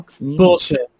bullshit